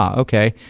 um okay,